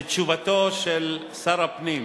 לתשובתו של שר הפנים: